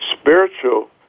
spiritual